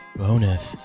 bonus